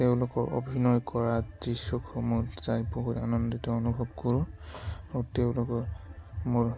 তেওঁলোকৰ অভিনয় কৰা দৃশ্য সমূহত চাই বহুত আনন্দিত অনুভৱ কৰো আৰু তেওঁলোকৰ মোৰ